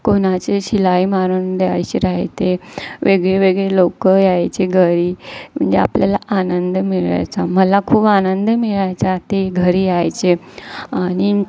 कोणाचे शिलाई मारून द्यायशी रहाते वेगळेवेगळे लोकं यायचे घरी म्हणजे आपल्याला आनंद मिळायचा मला खूप आनंद मिळायचा ते घरी यायचे आणि